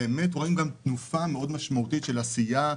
רואים תנופה משמעותית מאוד של עשייה,